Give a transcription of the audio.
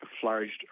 flourished